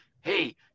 hey